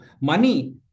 money